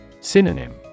Synonym